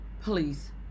Please